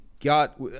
got